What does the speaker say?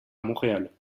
montréal